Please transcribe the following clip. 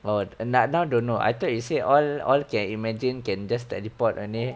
oh now don't know I thought you say all okay imagine can just teleport only